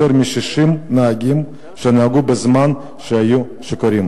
מ-60 נהגים שנהגו בזמן שהיו שיכורים?